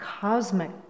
cosmic